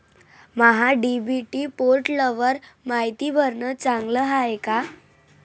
महा DBT पोर्टलवर मायती भरनं चांगलं हाये का?